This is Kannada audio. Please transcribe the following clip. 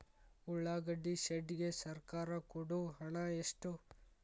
ಉಳ್ಳಾಗಡ್ಡಿ ಶೆಡ್ ಗೆ ಸರ್ಕಾರ ಕೊಡು ಹಣ ಎಷ್ಟು?